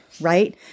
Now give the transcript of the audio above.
right